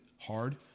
hard